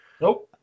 Nope